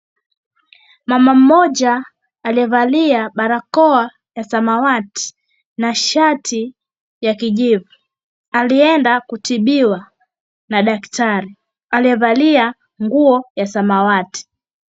Mama mmoja aliyevalia barakoa ya samawati na shati ya kijivu alienda kutibiwa na daktari aliyevalia nguo ya samawati.